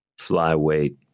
flyweight